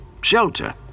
shelter